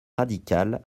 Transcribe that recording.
radical